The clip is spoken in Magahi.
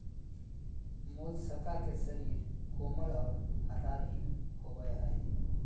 मोलस्का के शरीर कोमल और आकारहीन होबय हइ